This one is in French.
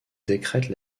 décrète